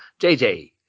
JJ